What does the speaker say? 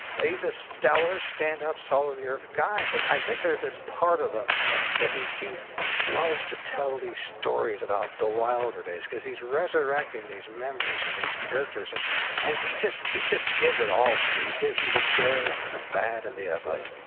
ah he's a stellar, stand up, salt of the earth guy. but i think there's this part of him that he he loves to tell these stories about the wilder days cause he's resurrecting these memories and these characters and and he just, he just gives it all to you. he gives you the good, the bad, and the ugly.